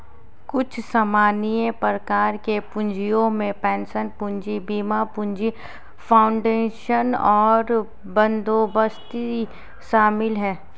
कुछ सामान्य प्रकार के पूँजियो में पेंशन पूंजी, बीमा पूंजी, फाउंडेशन और बंदोबस्ती शामिल हैं